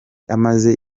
amaze